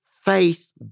faith